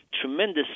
tremendous